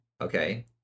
okay